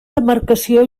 demarcació